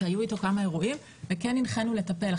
שהיו איתו כמה אירועים וכן הנחינו לטפל.